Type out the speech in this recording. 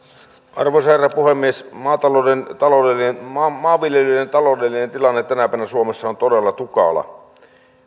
arvoisa herra puhemies maanviljelijöiden taloudellinen tilanne tänä päivänä suomessa on todella tukala